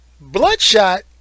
Bloodshot